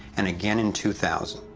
and again in two thousand.